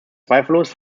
zweifellos